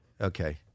Okay